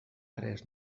res